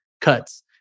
cuts